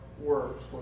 works